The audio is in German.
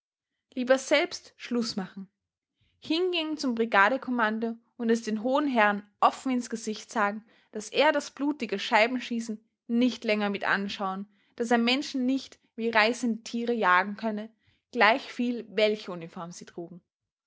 lieber selbst schluß machen hingehen zum brigadekommando und es den hohen herren offen ins gesicht sagen daß er das blutige scheibenschießen nicht länger mitanschauen daß er menschen nicht wie reißende tiere jagen könne gleichviel welche uniform sie trugen